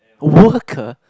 worker